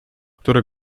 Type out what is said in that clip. która